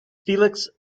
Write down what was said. felix